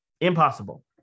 Impossible